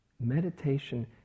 Meditation